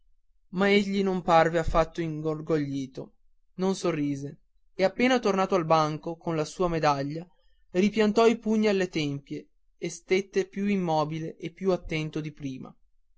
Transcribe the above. egli non parve affatto inorgoglito non sorrise e appena tornato al banco con la sua medaglia ripiantò i due pugni alle tempie e stette più immobile e più attento di prima